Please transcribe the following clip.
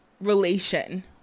relation